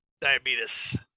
diabetes